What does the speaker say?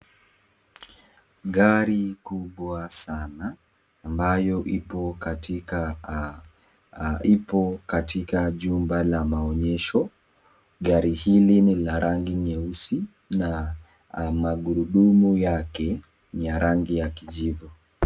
Gari kubwa sana ambayo ipo katika jumba la maonyesho, gari hili ni la rsngi nyeusi na magurudumu yake ni ya rangi ya kijivu.